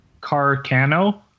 Carcano